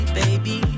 baby